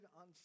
on